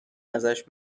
ازش